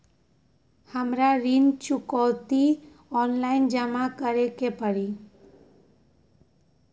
हमरा ऋण चुकौती ऑनलाइन जमा करे के परी?